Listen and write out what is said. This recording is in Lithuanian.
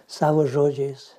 savo žodžiais